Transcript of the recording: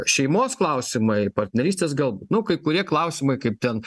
šeimos klausimai partnerystės galbūt nu kai kurie klausimai kaip ten